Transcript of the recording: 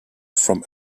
from